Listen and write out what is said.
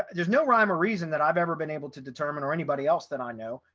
there's no rhyme or reason that i've ever been able to determine or anybody else that i know,